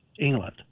england